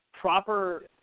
proper